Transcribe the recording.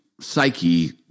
psyche